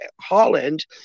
Holland